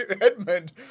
Edmund